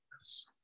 yes